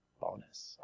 Bonus